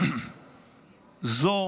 זו